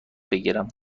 بگیرم